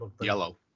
yellow